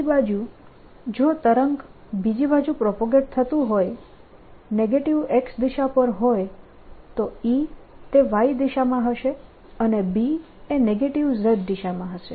બીજી બાજુ જો તરંગ બીજી બાજુ પ્રોપગેટ થતું હોય નેગેટીવ X દિશા પર હોય તો E એ Y દિશામાં હશે અને B એ નેગેટીવ Z દિશામાં હશે